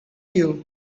you